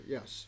Yes